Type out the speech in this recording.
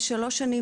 תוך כשלוש שנים,